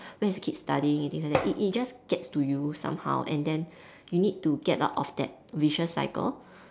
where is your kid studying it it just gets to you somehow and then you need to get out of that vicious cycle